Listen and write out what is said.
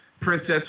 princess